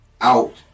out